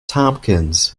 tompkins